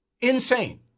Insane